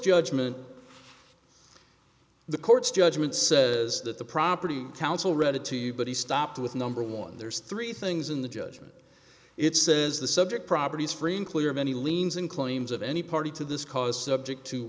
judgment the court's judgment says that the property council read it to you but he stopped with number one there's three things in the judgment it says the subject property is free and clear of any liens and claims of any party to this cause subject to